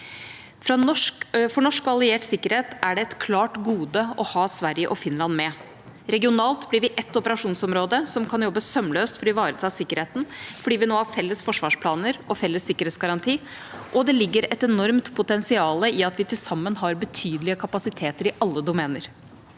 For norsk og alliert sikkerhet er det et klart gode å ha Sverige og Finland med. Regionalt blir vi ett operasjonsområde som kan jobbe sømløst for å ivareta sikkerheten fordi vi nå har felles forsvarsplaner og felles sikkerhetsgaranti, og det ligger et enormt potensial i at vi til sammen har betydelige kapasiteter i alle domener.